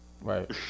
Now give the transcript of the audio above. Right